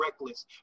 Reckless